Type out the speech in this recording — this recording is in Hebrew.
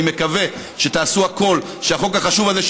ואני מקווה שתעשו הכול שהחוק החשוב הזה,